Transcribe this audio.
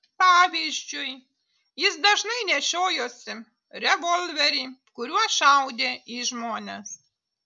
pavyzdžiui jis dažnai nešiojosi revolverį kuriuo šaudė į žmones